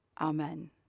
Amen